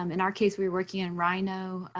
um in our case, we're working in rhino,